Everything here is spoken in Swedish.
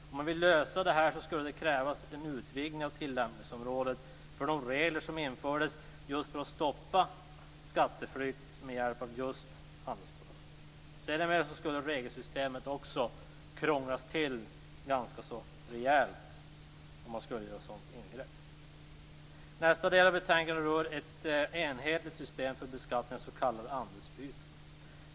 Om man vill lösa detta så skulle det kräva en utvidgning av tillämpningsområdet för de regler som infördes för att stoppa skatteflykt med hjälp av just handelsbolag. Sedermera skulle regelsystemet också krånglas till ganska rejält om man skulle göra ett sådant ingrepp. Nästa del av betänkandet rör ett enhetligt system för beskattning av s.k. andelsbyten.